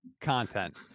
content